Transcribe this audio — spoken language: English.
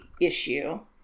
issue